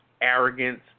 arrogance